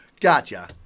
Gotcha